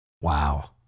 Wow